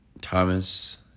thomas